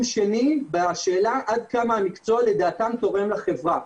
שני בשאלה עד כמה המקצוע לדעתם תורם לחברה.